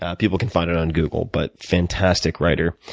ah people can find it on google but fantastic writer.